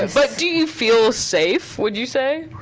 ah but do you feel safe? would you say?